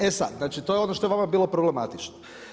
E sad, znači to je ono što je vama bilo problematično.